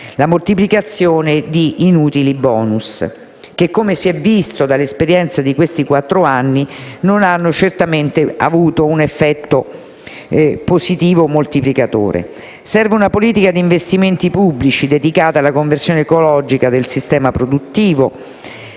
la moltiplicazione di inutili *bonus* che, come si è visto dall'esperienza di questi quattro anni, non hanno certamente avuto un positivo effetto moltiplicatore. Serve una politica di investimenti pubblici dedicata alla conversione ecologica del nostro sistema produttivo,